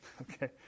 Okay